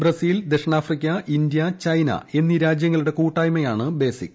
Brazil ദക്ഷിണാഫ്രിക്ക India China എന്നീ രാജ്യങ്ങളുടെ കൂട്ടായ്മയാണ് ബേസിക്